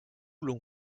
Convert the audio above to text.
l’on